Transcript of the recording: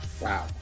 Wow